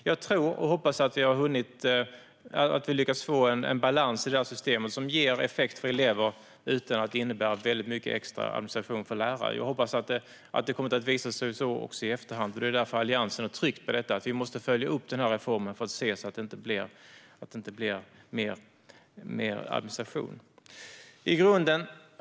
Jag tror och hoppas att vi har lyckats få en balans i systemet som ger effekt för elever utan att det innebär extra administration för lärare. Jag hoppas att det kommer att visa sig i efterhand. Det är därför Alliansen är trygg med att reformen måste följas upp så att det inte blir mer administration. Herr talman!